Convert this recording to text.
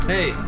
Hey